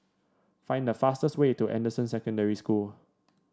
find the fastest way to Anderson Secondary School